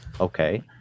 okay